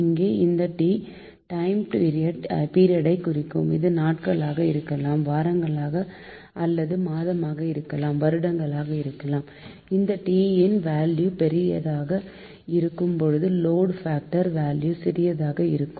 இங்கே இந்த T time period ஐ குறிக்கும் இது நாட்களாக இருக்கலாம் வாரங்கள் அல்லது மாதமாக அல்லது வருடங்களாக இருக்கலாம் இந்த T யின் வேல்யூ பெரியதாக இருக்கும் போது லோடு பாக்டர் வேல்யூ சிறியதாக இருக்கும்